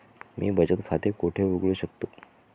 मी बचत खाते कोठे उघडू शकतो?